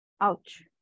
Ouch